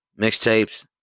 mixtapes